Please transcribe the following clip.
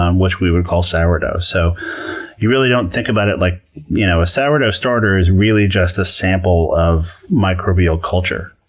um which we would call sourdough. so you really don't think about it, like you know a sourdough starter is really just a sample of microbial culture.